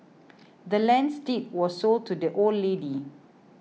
the land's deed was sold to the old lady